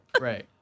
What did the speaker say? Right